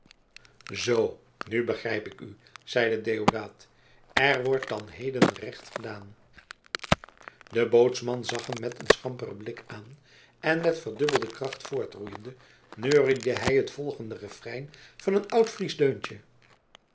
zoo nu begrijp ik u zeide deodaat er wordt dan heden recht gedaan de bootsman zag hem met een schamperen blik aan en met verdubbelde kracht voortroeiende neuriede hij het volgende referein van een oud friesch deuntje